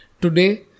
Today